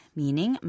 meaning